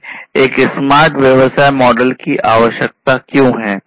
हमें एक स्मार्ट व्यवसाय मॉडल की आवश्यकता क्यों है